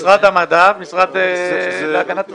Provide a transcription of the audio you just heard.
משרד המדע והמשרד להגנת הסביבה.